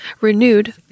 renewed